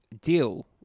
deal